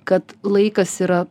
kad laikas yra